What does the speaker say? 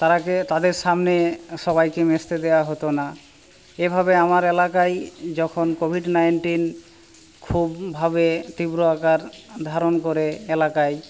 তাদেরকে তাদের সামনে সবাইকে মিশতে দেয়া হতো না এভাবে আমার এলাকায় যখন কোডিড নাইন্টিন খুবভাবে তীব্র আকার ধারণ করে এলাকায়